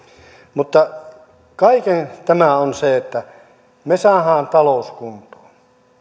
mutta kaiken ehtona on se että me saamme talouden kuntoon